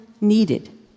needed